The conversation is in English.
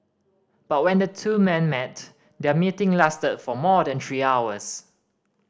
but when the two men met their meeting lasted for more than three hours